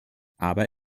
aber